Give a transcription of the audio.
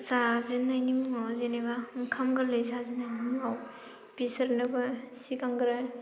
जाजेननायनि मुङाव जेनेबा ओंखाम गोरलै जाजेननायनि मुङाव बिसोरनोबो सिगांग्रो